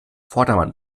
vordermann